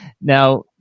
Now